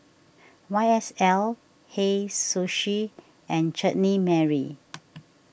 Y S L Hei Sushi and Chutney Mary